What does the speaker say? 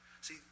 See